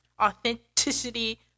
Authenticity